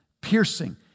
Piercing